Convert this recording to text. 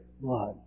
blood